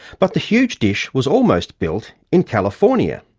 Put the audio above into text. but the huge dish was almost built in california.